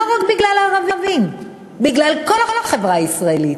לא רק בגלל הערבים, בגלל כל החברה הישראלית.